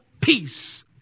peace